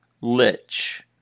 lich